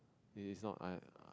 there is not I